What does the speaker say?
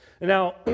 Now